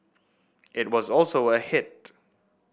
it was also a hit